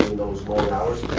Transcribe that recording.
those long hours,